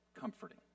comforting